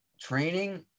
training